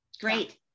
great